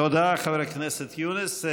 תודה, חבר הכנסת יונס.